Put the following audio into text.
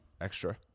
Extra